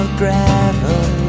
gravel